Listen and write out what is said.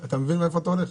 אתה מבין איפה אתה הולך?